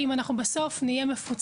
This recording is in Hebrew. אם בסוף אנחנו נהיה מפוצלים,